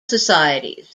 societies